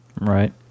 Right